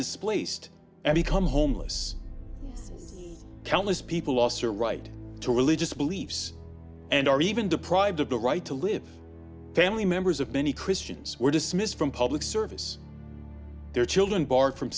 displaced and become homeless countless people lost their right to religious beliefs and are even deprived of the right to live family members of many christians were dismissed from public service their children barred from